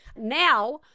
Now